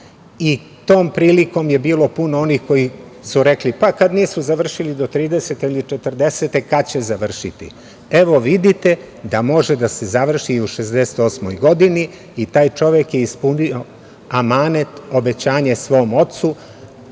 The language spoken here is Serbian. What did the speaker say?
I tom prilikom je bilo puno onih koji su rekli - pa, kad nisu završili do 30. ili 40, kad će završiti? Evo, vidite da može da se završi i u 68. godini i taj čovek je ispunio amanet, obećanje svom ocu